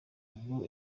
ngo